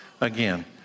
Again